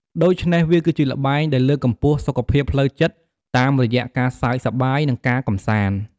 ដូច្នេះ វាគឺជាល្បែងដែលលើកកម្ពស់ សុខភាពផ្លូវចិត្ត តាមរយៈការសើចសប្បាយ និងការកម្សាន្ត។